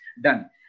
done